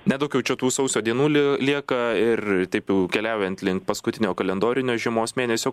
nedaug čia tų sausio dienų lie lieka ir taip jau keliaujant link paskutinio kalendorinio žiemos mėnesio